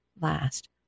last